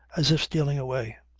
as if stealing away.